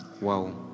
Wow